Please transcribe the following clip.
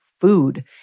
food